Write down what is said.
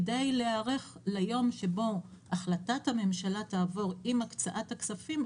כדי להיערך ליום שבו החלטת הממשלה תעבור עם הקצאת הכספים,